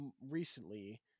recently